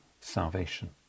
salvation